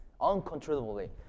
uncontrollably